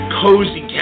cozy